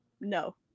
no